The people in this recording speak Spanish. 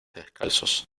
descalzos